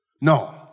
No